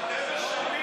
שאחראית גם מול בתי הדין,